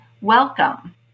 welcome